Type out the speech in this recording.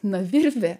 na virvė